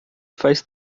faz